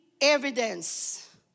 evidence